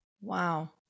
Wow